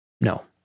No